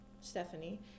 Stephanie